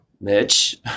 Mitch